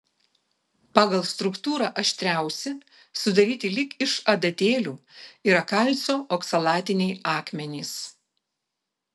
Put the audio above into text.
pagal struktūrą aštriausi sudaryti lyg iš adatėlių yra kalcio oksalatiniai akmenys